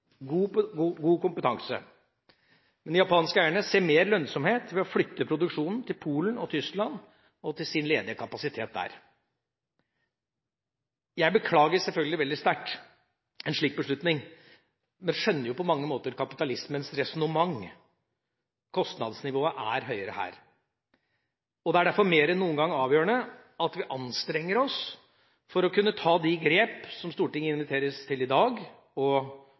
god kompetanse. Men de japanske eierne ser mer lønnsomhet i å flytte produksjonen til Polen og Tyskland og til sin ledige kapasitet der. Jeg beklager selvfølgelig veldig sterkt en slik beslutning, men skjønner på mange måter kapitalismens resonnement. Kostnadsnivået er høyere her. Derfor er det mer enn noen gang avgjørende at vi anstrenger oss for å kunne ta de grep som Stortinget inviteres til i dag, og